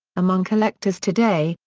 among collectors today,